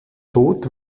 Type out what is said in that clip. tot